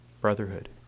brotherhood